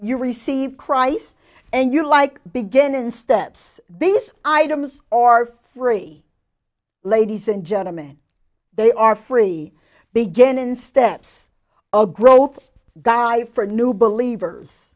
you receive christ and you like begin in steps this items are free ladies and gentlemen they are free begin in steps a growth guy for new believers